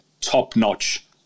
top-notch